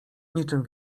niczym